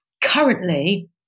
currently